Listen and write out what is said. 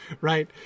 right